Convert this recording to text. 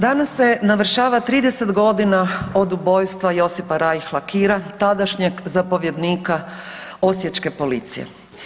Danas se navršava 30 godina od ubojstva Josipa Reihla Kira tadašnjeg zapovjednika osječke policije.